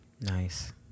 Nice